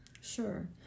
Sure